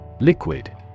Liquid